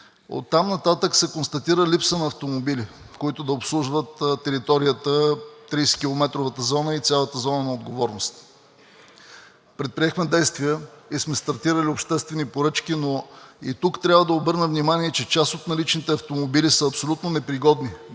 Оттам нататък се констатира липса на автомобили, които да обслужват територията в 30-километровата зона и цялата зона на отговорност. Предприехме действия и сме стартирали обществени поръчки, но и тук трябва да обърна внимание, че част от наличните автомобили са абсолютно непригодни